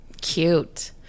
Cute